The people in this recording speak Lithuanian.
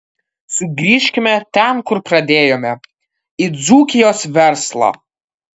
sugrįžkime ten kur pradėjome į dzūkijos verslą